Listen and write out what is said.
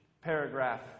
paragraph